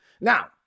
Now